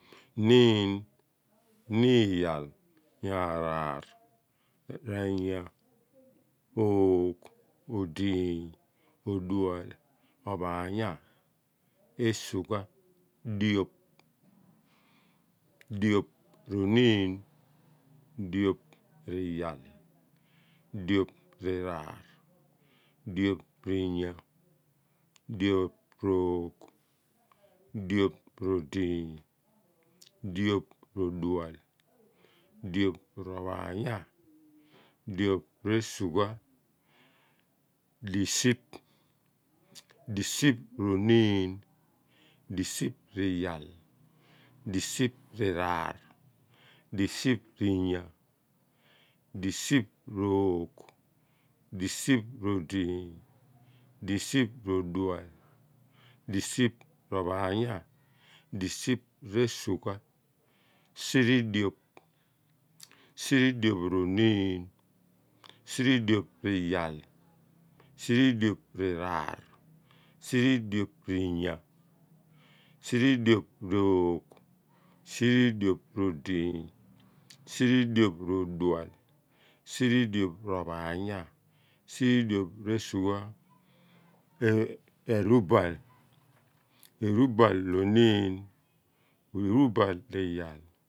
Niin niyaal yaraar rayaa oogh odiiny odual ophaanya esugha diop diop roniin diop riyaal diop riyaar diop riyaar diop oogh diop odiiny diop ohaanya diop esugha disiph. disiph-roniin disiph-iyaal disiph iyaah disiph oogh disiph odiiny didih odual disiph ophaanya disiph-esugha siri dioph. siridioph oniin siridioph iyaal siridioph liraar siridioph liyaah siridioph oogh siridioph odiiny siridioph odual siridioph ophaanye siridioph resugha erubal erubal oniin erubal riyaal.